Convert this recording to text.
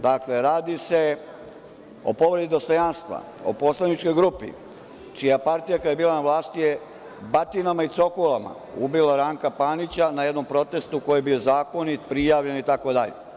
Dakle, radi se o povredi dostojanstva, o poslaničkoj grupi čija je partija kada je bila vlasti batinama i cokulama ubila Ranka Panića na jednom protestu koji je bio zakonit, prijavljen itd.